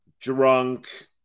drunk